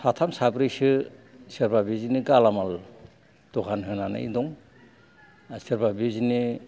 साथाम साब्रैसो सोरबा बिदिनो गालामाल दखान होनानै दं आर सोरबा बिदिनो